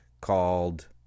called